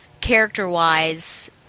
character-wise